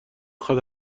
خواد